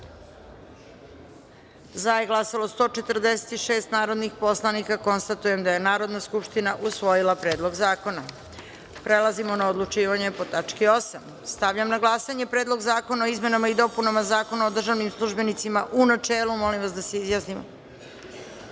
za je glasalo 146 narodnih poslanika. Konstatujem da je Narodna skupština usvojila Predlog zakona. Prelazimo na odlučivanje po tački 8.Stavljam na glasanje Predlog zakona o izmenama i dopunama Zakona o državnim službenicima, u načelu. Molim vas da se